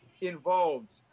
involved